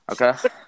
okay